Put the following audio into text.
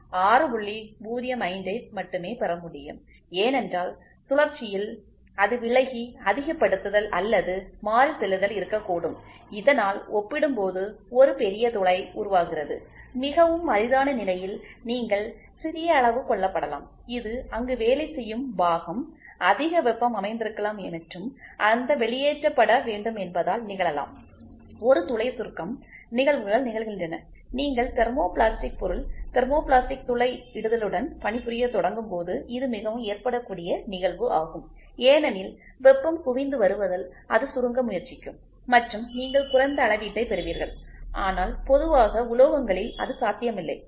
05 ஐ மட்டுமே பெற முடியும் ஏனென்றால் சுழற்சியில் அது விலகி அதிகப்படுத்துதல் அல்லது மாறி செல்லுதல் இருக்கக்கூடும் இதனால் ஒப்பிடும்போது ஒரு பெரிய துளை உருவாகிறது மிகவும் அரிதான நிலையில் நீங்கள் சிறியஅளவு கொள்ளப்படலாம்இது அங்கு வேலை செய்யும் பாகம் அதிக வெப்பம் அமைந்திருக்கலாம் மற்றும் அந்த வெளியேற்றப்பட வேண்டும் என்பதால் நிகழலாம் ஒரு துளை சுருக்கம் நிகழ்வுகள் நிகழ்கின்றன நீங்கள் தெர்மோபிளாஸ்டிக் பொருள் தெர்மோபிளாஸ்டிக் துளையிடுதலுடன் பணிபுரியத் தொடங்கும் போது இது மிகவும் ஏற்படக்கூடிய நிகழ்வு ஆகும் ஏனெனில் வெப்பம் குவிந்து வருவதால் அது சுருங்க முயற்சிக்கும் மற்றும் நீங்கள் குறைந்ந அளவீட்டை பெறுவீர்கள் ஆனால் பொதுவாக உலோகங்களில் அது சாத்தியமில்லை